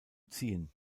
ziehen